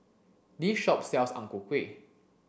this shop sells ang ku kueh